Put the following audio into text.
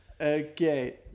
Okay